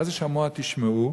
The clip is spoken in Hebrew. מה זה "שמוע תשמעו"?